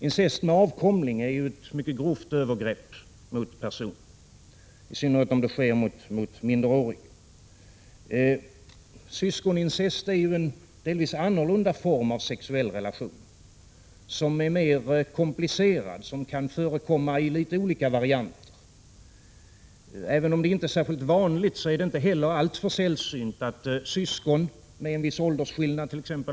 Incest med avkomling är ett mycket grovt övergrepp mot person, i synnerhet om den sker mot minderåriga. Syskonincest är en delvis annorlunda form av sexuell relation; som är mera komplicerad och kan förekomma i litet olika varianter. Även om det inte är särskilt vanligt, är det inte heller alltför sällsynt att syskon med en viss åldersskillnad —t.ex.